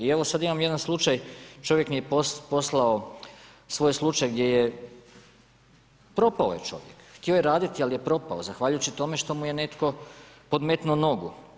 I evo sada imam jedan slučaj čovjek mi je poslao svoj slučaj gdje je propao je čovjek, htio je raditi ali je propao zahvaljujući tome što mu je netko podmetnuo nogu.